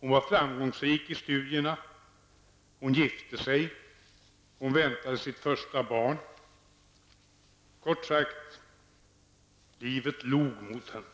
Hon var framgångsrik i studierna, hon gifte sig och väntade sitt första barn. Kort sagt: livet log mot henne.